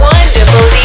Wonderful